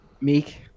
Meek